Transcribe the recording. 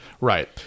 right